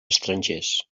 estrangers